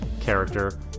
character